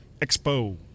Expo